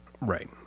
Right